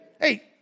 Hey